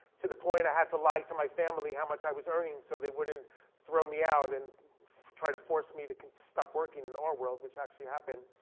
to the point i had to lie to my family how much i was earning so they wouldn't throw me out and try to force me to stop working in the art world, which actually happened.